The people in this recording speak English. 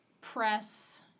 press